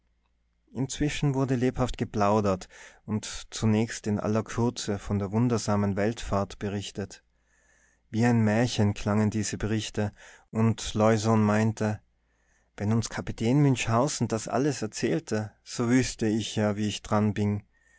inzwischen wurde lebhaft geplaudert und zunächst in aller kürze von der wundersamen weltfahrt berichtet wie ein märchen klangen diese berichte und leusohn meinte wenn uns kapitän münchhausen das alles erzählte so wüßte ich ja wo ich daran bin